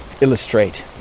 illustrate